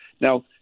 Now